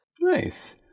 Nice